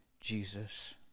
Jesus